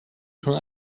schon